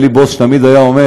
היה לי בוס שתמיד היה אומר: